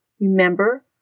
Remember